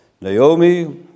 Naomi